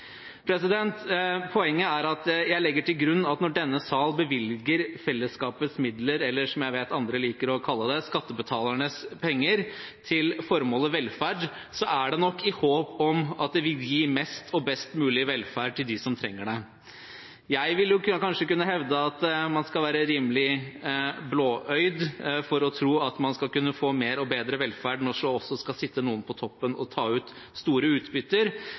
Poenget er at jeg legger til grunn at når denne sal bevilger fellesskapets midler, eller – som jeg vet andre liker å kalle det – skattebetalernes penger, til formålet velferd, er det nok i håp om at det vil gi mest og best mulig velferd til dem som trenger det. Jeg vil kanskje kunne hevde at man skal være rimelig blåøyd for å tro at man skal kunne få mer og bedre velferd når det også skal sitte noen på toppen og ta ut store utbytter,